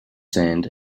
sand